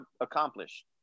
accomplished